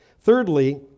Thirdly